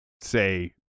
say